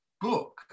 book